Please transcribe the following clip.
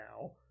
now